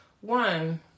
one